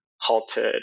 halted